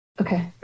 okay